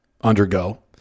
undergo